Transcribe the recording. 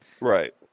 Right